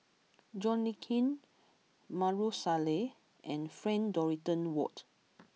John Le Cain Maarof Salleh and Frank Dorrington Ward